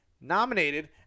nominated